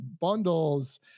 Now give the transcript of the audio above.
bundles